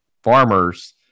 farmers